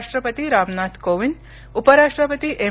राष्ट्रपती रामनाथ कोविंद उपराष्ट्रपती एम